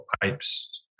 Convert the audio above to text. pipes